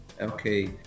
Okay